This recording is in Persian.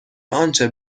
آنچه